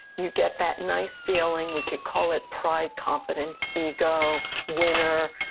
you get that nice feeling. we could call it pride, confidence, ego, winner.